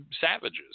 savages